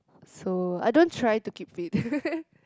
so I don't try to keep fit